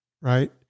Right